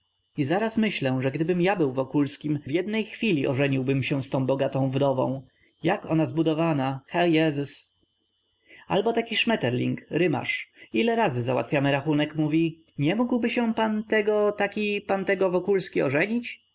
i zaraz myślę że gdybym ja był wokulskim w jednej chwili ożeniłbym się z tą bogatą wdową jak ona zbudowana herr jess albo taki szmeterling rymarz ile razy załatwiamy rachunek mówi nie mógłby się panie tego taki panie tego wokulski